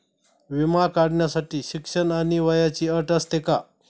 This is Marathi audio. विमा काढण्यासाठी शिक्षण आणि वयाची अट असते का?